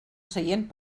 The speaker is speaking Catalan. seient